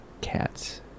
cats